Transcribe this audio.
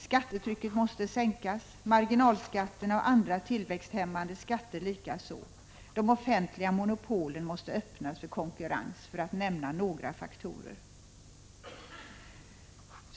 Skattetrycket måste sänkas, marginalskatterna och andra tillväxthämmande skatter likaså, och de offentliga monopolen måste öppnas för konkurrens, för att nämna några faktorer.